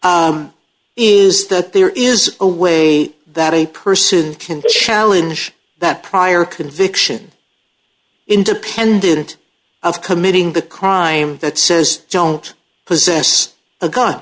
interval is that there is a way that a person can challenge that prior conviction independent of committing the crime that says don't possess a gun